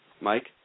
Mike